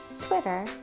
Twitter